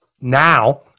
now